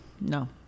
No